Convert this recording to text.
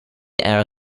era